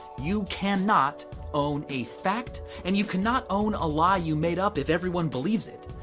you cannot own a fact and you cannot own a lie you made up, if everyone believes it.